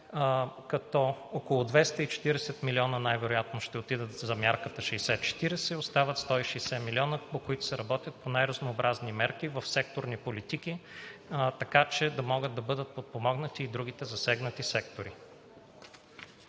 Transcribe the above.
като около 240 милиона най-вероятно ще отидат за мярката 60/40, и остават 160 милиона, по които се работи по най-разнообразни мерки в секторни политики, така че да могат да бъдат подпомогнати и другите засегнати сектори.